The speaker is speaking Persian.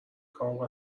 کام